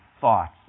thoughts